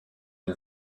une